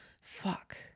Fuck